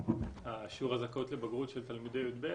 שיעור הזכאות לבגרות של תלמידי י"ב,